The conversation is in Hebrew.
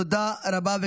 תודה רבה.